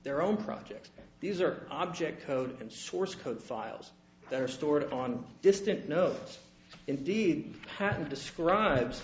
their own projects these are object code and source code files that are stored on distant notes indeed patent describes